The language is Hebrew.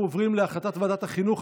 אנחנו עוברים להחלטת ועדת החינוך,